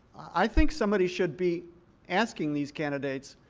i think somebody should be asking these candidates